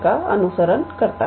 का अनुसरण करता है